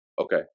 Okay